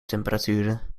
temperaturen